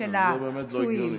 זה באמת לא הגיוני.